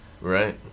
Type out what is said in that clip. Right